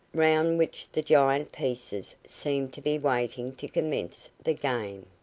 round which the giant pieces seemed to be waiting to commence the game.